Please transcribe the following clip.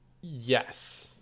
Yes